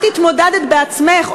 את התמודדת בעצמך,